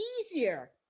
easier